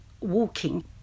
walking